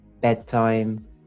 bedtime